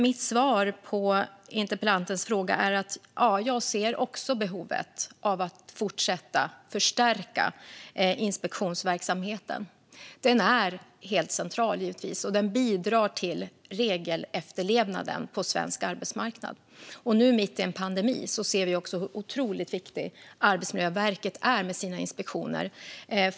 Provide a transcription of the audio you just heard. Mitt svar på interpellantens fråga är: Ja, jag ser också behovet av att fortsätta förstärka inspektionsverksamheten. Den är helt central, och den bidrar till regelefterlevnaden på svensk arbetsmarknad. Nu, mitt i en pandemi, ser vi hur viktiga Arbetsmiljöverkets inspektioner är.